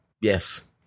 Yes